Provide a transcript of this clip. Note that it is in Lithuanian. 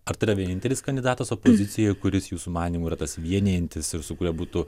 ar tai yra vienintelis kandidatas opozicijoj kuris jūsų manymu yra tas vienijantis ir su kuriuo būtų